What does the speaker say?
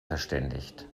verständigt